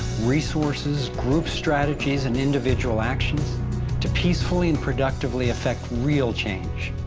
resources, group strategies and individual actions to peacefully and productively effect real change.